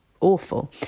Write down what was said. awful